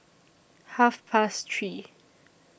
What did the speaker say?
Half Past three